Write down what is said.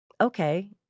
okay